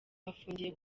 afungiye